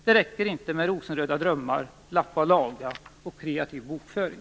Det räcker inte med rosenröda drömmar, lappa-ochlaga-politik och kreativ bokföring.